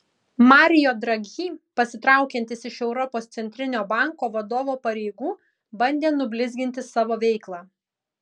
mario draghi pasitraukiantis iš europos centrinio banko vadovo pareigų bandė nublizginti savo veiklą